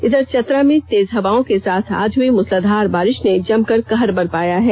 इधर चतरा में तेज हवाओं के साथ आज हुई मूसलाधार बारिश ने जमकर कहर बरपाया है